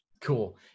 cool